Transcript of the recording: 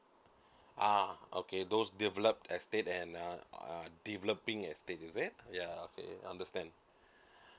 ah okay those develop estate and uh uh developing estate is it ya okay I understand